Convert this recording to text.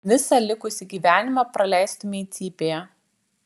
visą likusį gyvenimą praleistumei cypėje